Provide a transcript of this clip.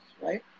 right